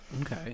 Okay